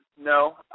no